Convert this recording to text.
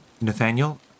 Nathaniel